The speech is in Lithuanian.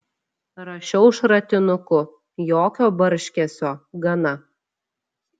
rašiau šratinuku jokio barškesio gana